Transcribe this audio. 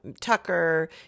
tucker